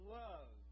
love